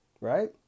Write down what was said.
Right